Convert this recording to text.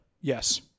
Yes